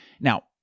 Now